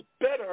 better